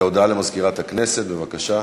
הודעה למזכירת הכנסת, בבקשה.